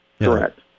Correct